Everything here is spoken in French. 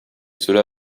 cela